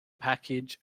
package